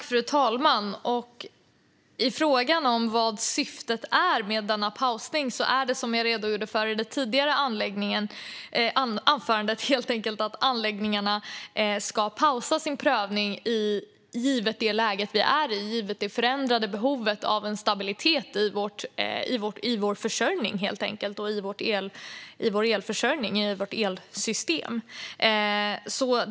Fru talman! Apropå frågan om syftet med denna pausning är det, som jag redogjorde för i mitt tidigare anförande, helt enkelt så att anläggningarna ska pausa sin prövning givet det läge vi är i och det förändrade behovet av stabilitet i vår försörjning och i vårt elsystem.